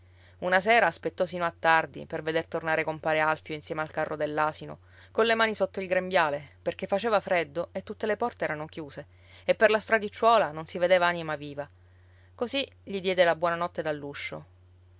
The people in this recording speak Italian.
una sera aspettò sino a tardi per veder tornare compare alfio insieme al carro dell'asino colle mani sotto il grembiale perché faceva freddo e tutte le porte erano chiuse e per la stradicciuola non si vedeva anima viva così gli diede la buona notte